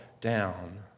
down